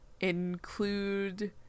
include